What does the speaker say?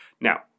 Now